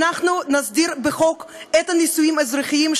נסדיר בחוק את הנישואים האזרחיים,